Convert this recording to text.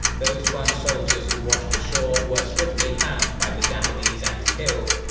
those yuan soldiers who washed ashore were swiftly found by the japanese and killed,